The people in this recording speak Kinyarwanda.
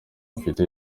mfite